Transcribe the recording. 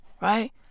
Right